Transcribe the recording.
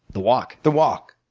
the walk? the walk.